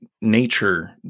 nature